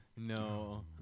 No